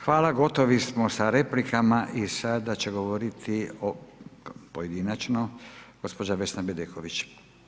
Hvala, gotovi smo sa replikama i sada će govoriti pojedinačno gospođa Vesna Bedeković.